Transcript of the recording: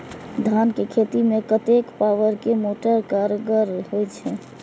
धान के खेती में कतेक पावर के मोटर कारगर होई छै?